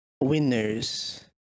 Winners